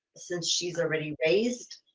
since she's already raised,